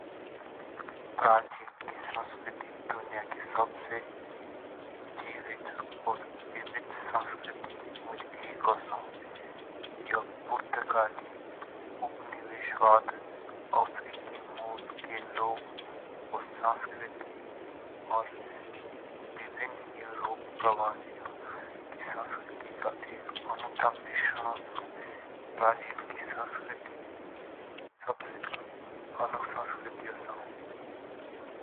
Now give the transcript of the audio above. ब्राजील की संस्कृति दुनिया की सबसे जीवित और विविध संस्कृति मुझ एक औसो। यह पुर्तगाली उपनिवेशवाद अफ्रीकी मूल के लोग और संस्कृति और विभिन्न यूरोप प्रवासियों के संस्कृति का एक अनूठा मिश्रण औसो। ब्राजील की संस्कृति सबसे अलग संस्कृति औसो।